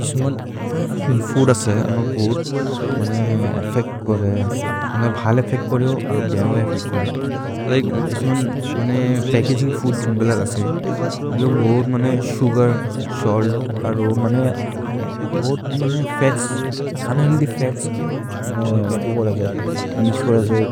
फूद् असे अमक् बहुत् एफ्फेच्त् करे, भल् एफ्फेच्त् करे और् भियओ एफ्फेच्त् करे। पच्कगिन्ग् फूद् जुम्बेलग् असे, बहुत् sugar, salt, unhealthy fats mix कोर जये।